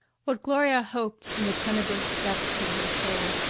what gloria hoped in the tenebrous depths of her soul,